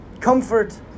Comfort